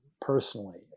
personally